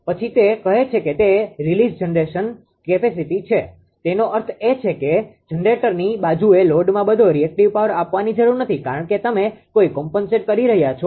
પછી તે કહે છે કે તે રીલીઝ્ડ જનરેશન કેપેસીટી છે તેનો અર્થ એ છે કે જનરેટરની બાજુએ લોડમાં બધો રીએક્ટીવ પાવર આપવાની જરૂર નથી કારણ કે તમે કંઈક કોમ્પનસેટ રહ્યા છો